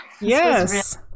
Yes